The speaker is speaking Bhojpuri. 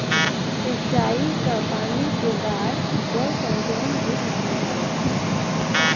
सिंचाई क पानी के बाढ़ जल संचयन भी मानल जाला